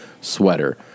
sweater